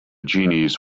genies